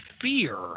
fear